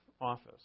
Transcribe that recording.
office